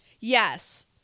Yes